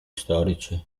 storici